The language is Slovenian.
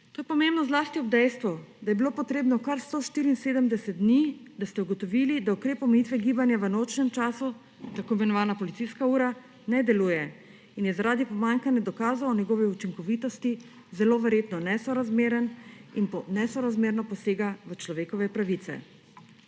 To je pomembno zlasti ob dejstvu, da je bilo potrebno kar 174 dni, da ste ugotovili, da ukrep omejitve gibanja v nočnem času, tako imenovana policijska ura, ne deluje in je zaradi pomanjkanja dokazov o njegovi učinkovitosti zelo verjetno nesorazmeren in nesorazmerno posega v človekove pravice.